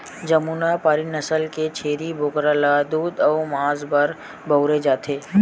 जमुनापारी नसल के छेरी बोकरा ल दूद अउ मांस बर बउरे जाथे